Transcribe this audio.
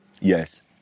Yes